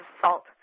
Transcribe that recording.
salt